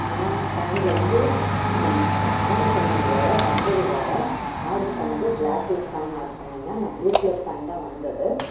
ஆனால் ஃபேனில் வந்து நான் ஆர்ட்ரு பண்ணது வேறு வந்தது வேறு ஆர்ட்ரு பண்ணது பிளாக் கலர் ஃபேன் ஆர்ட்ரு பண்ணிருந்தேன் ஆனால் புளூ கலர் ஃபேன் தான் வந்துது